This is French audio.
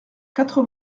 quatre